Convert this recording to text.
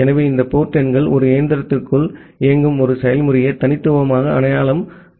எனவே இந்த போர்ட் எண்கள் ஒரு இயந்திரத்திற்குள் இயங்கும் ஒரு செயல்முறையை தனித்துவமாக அடையாளம் காண பயன்படுத்தப்படுகின்றன